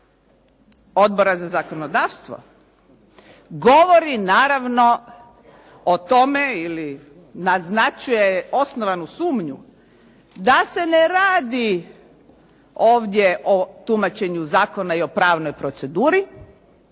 Odbora za zakonodavstvo, govori naravno o tome ili naznačuje osnovanu sumnju da se ne radi ovdje o tumačenju zakona i o pravnoj proceduri,